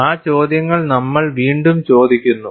ആ ചോദ്യങ്ങൾ നമ്മൾ വീണ്ടും ചോദിക്കുന്നു